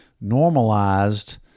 normalized